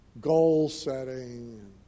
goal-setting